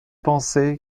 penser